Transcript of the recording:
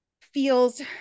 feels